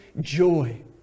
joy